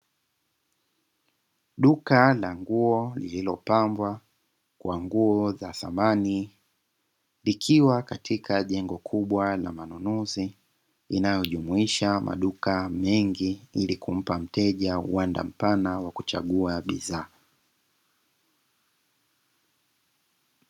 Duka la nguo lililopangwa kwa nguo za thamani likiwa katika jengo kubwa la manunuzi, linalo jumuisha maduka mengi ili kumpa mteja uwanja mpana wa kuchagua bidhaa.